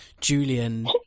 Julian